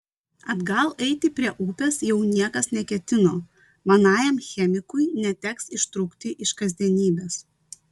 atgal eiti prie upės jau niekas neketino manajam chemikui neteks ištrūkti iš kasdienybės